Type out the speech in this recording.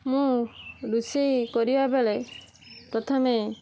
ମୁଁ ରୋଷେଇ କରିବା ବେଳେ ପ୍ରଥମେ